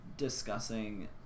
Discussing